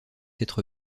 être